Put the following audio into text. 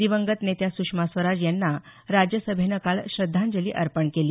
दिवंगत नेत्या स्वराज यांना राज्यसभेनं काल श्रद्धांजली अर्पण केली